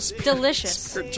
delicious